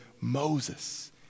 Moses